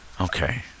Okay